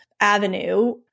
avenue